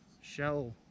shell